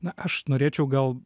na aš norėčiau gal